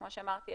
כמו שאמרתי,